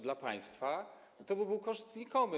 Dla państwa to byłby koszt znikomy.